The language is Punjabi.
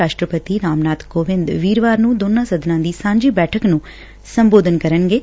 ਰਾਸ਼ਟਰਪਤੀ ਰਾਮ ਨਾਥ ਕੋਵਿੰਦ ਵੀਰਵਾਰ ਨੂੰ ਦੋਨਾਂ ਸਦਨਾਂ ਦੀ ਸਾਂਝੀ ਬੈਠਕ ਨੂੰ ਸੰਬੋਧਨ ਕਰਨਗੇ